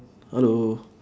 hello